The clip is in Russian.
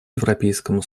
европейскому